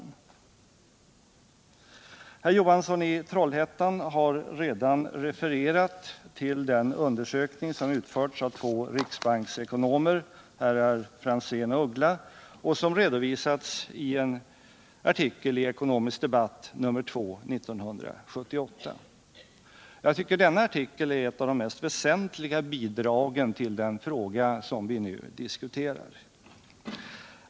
Hilding Johansson i Trollhättan har redan refererat till den undersökning som utförts av två riksbanksekonomer, herrar Franzén och Uggla, som redovisats i en artikel i Ekonomisk debatt nr 2 1978. Jag tycker att denna artikel är ett av de mest väsentliga bidragen till den fråga som vi nu diskuterar.